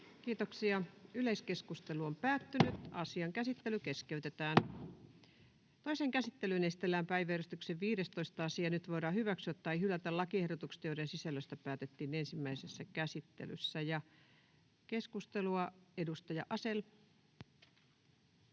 ihan samaa keskustelua, jota käytiin vuonna 2011, kun itse tulin taloon. Toiseen käsittelyyn esitellään päiväjärjestyksen 15. asia. Nyt voidaan hyväksyä tai hylätä lakiehdotukset, joiden sisällöstä päätettiin ensimmäisessä käsittelyssä. — Keskustelua, edustaja Asell.